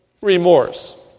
Remorse